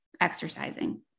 exercising